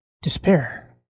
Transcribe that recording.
Despair